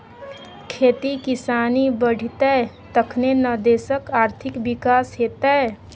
खेती किसानी बढ़ितै तखने न देशक आर्थिक विकास हेतेय